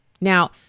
Now